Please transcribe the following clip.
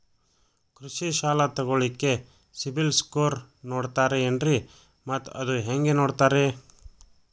ಕೃಷಿ ಸಾಲ ತಗೋಳಿಕ್ಕೆ ಸಿಬಿಲ್ ಸ್ಕೋರ್ ನೋಡ್ತಾರೆ ಏನ್ರಿ ಮತ್ತ ಅದು ಹೆಂಗೆ ನೋಡ್ತಾರೇ?